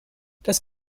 das